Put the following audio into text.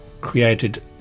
created